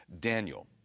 Daniel